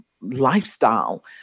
lifestyle